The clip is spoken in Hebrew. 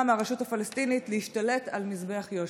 מהרשות הפלסטינית להשתלט על מזבח יהושע?